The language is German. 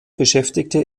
beschäftigte